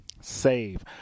save